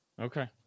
Okay